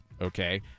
Okay